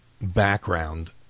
background